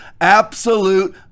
Absolute